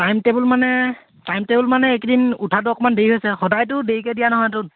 time table মানে time table মানে এইকেইদিন উঠাটো অকণমান দেৰি হৈছে সদায়তো দেৰিকৈ দিয়া নহয়তো